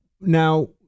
Now